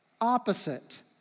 opposite